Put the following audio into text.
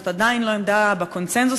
זאת עדיין לא עמדה בקונסנזוס,